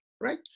Right